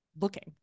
looking